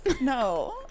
No